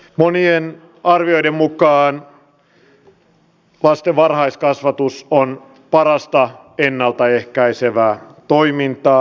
monien arvioiden mukaan lasten varhaiskasvatus on parasta ennalta ehkäisevää toimintaa